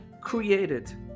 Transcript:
created